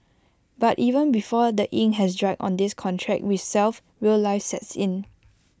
but even before the ink has dried on this contract with self real life sets in